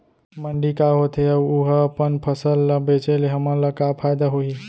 मंडी का होथे अऊ उहा अपन फसल ला बेचे ले हमन ला का फायदा होही?